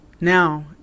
Now